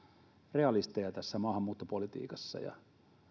realisteja tässä maahanmuuttopolitiikassa ja